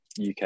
UK